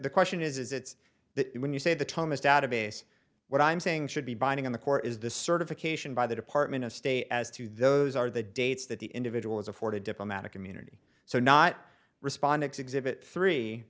the question is it's that when you say the thomas database what i'm saying should be binding on the court is the certification by the department of state as to those are the dates that the individual is afforded diplomatic immunity so not responded to exhibit three